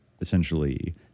essentially